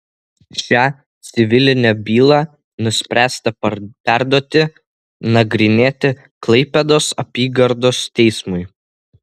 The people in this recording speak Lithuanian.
šią civilinę bylą nuspręsta perduoti nagrinėti klaipėdos apygardos teismui